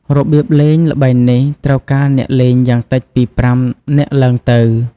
របៀបលេង ល្បែងនេះត្រូវការអ្នកលេងយ៉ាងតិចពី ៥ នាក់ឡើងទៅ ។